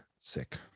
Sick